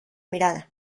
mirada